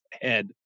head